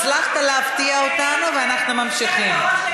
הצלחת להפתיע אותנו, ואנחנו ממשיכים.